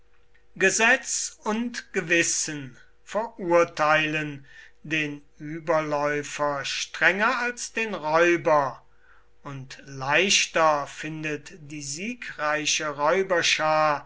gesetz und gewissen verurteilen den überläufer strenger als den räuber und leichter findet die siegreiche räuberschar